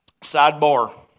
Sidebar